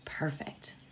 Perfect